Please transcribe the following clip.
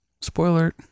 Spoiler